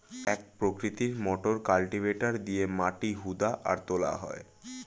এক প্রকৃতির motor cultivator দিয়ে মাটি হুদা আর তোলা হয়